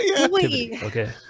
Okay